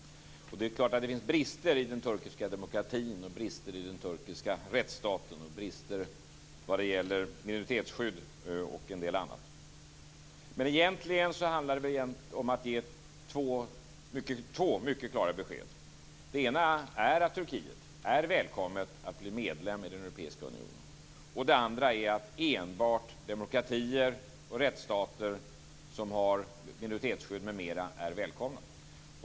Det är klart att det finns brister i den turkiska demokratin, brister i den turkiska rättsstaten och brister vad gäller minoritetsskydd och en del annat. Men egentligen handlar det väl om att ge två mycket klara besked. Det ena är att Turkiet är välkommet att bli medlem i Europeiska unionen. Det andra är att enbart demokratier och rättsstater som har minoritetsskydd m.m. är välkomna.